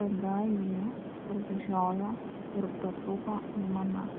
tada ji prasižiojo ir pratrūko aimana